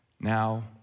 now